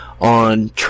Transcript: on